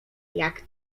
jak